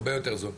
הרבה יותר זול.